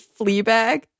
Fleabag